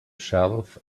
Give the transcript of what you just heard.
shelf